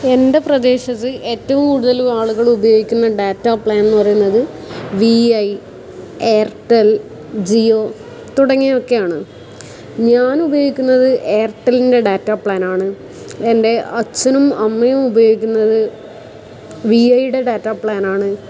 എൻ്റെ പ്രദേശത്ത് ഏറ്റവും കൂടുതലും ആളുകൾ ഉപയോഗിക്കുന്ന ഡാറ്റാ പ്ലാൻ എന്ന് പറയുന്നത് വി ഐ എയർടെൽ ജിയോ തുടങ്ങിയവയൊക്കെയാണ് ഞാൻ ഉപയോഗിക്കുന്നത് എയർടെല്ലിൻ്റെ ഡാറ്റാ പ്ലാൻ ആണ് എൻ്റെ അച്ഛനും അമ്മയും ഉപയോഗിക്കുന്നത് വി ഐയുടെ ഡാറ്റാ പ്ലാൻ ആണ്